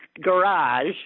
garage